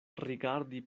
rigardi